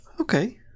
Okay